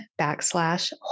backslash